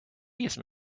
these